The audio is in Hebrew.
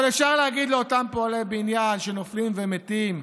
אבל אפשר להגיד לאותם פועלי בניין שנופלים ומתים,